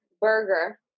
burger